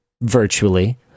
virtually